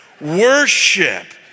worship